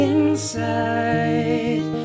Inside